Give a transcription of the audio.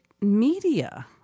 media